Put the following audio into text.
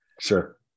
sure